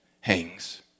hangs